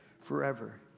forever